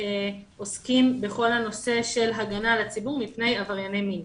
שעוסקים בכל הנושא של הגנה על הציבור מפני עברייני מין,